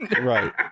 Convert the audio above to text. right